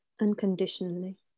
unconditionally